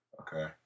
Okay